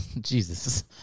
Jesus